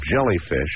jellyfish